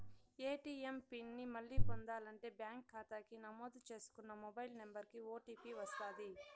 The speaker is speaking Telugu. ఏ.టీ.యం పిన్ ని మళ్ళీ పొందాలంటే బ్యాంకు కాతాకి నమోదు చేసుకున్న మొబైల్ నంబరికి ఓ.టీ.పి వస్తది